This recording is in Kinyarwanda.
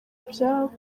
ibyabo